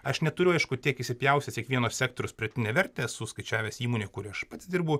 aš neturiu aišku tiek išsipjaustęs kiekvieno sektoriaus pridėtinę vertę esu skaičiavęs įmonėj kurioj aš pats dirbu